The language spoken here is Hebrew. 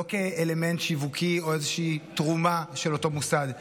לא כאלמנט שיווקי או כאיזושהי תרומה של אותו מוסד,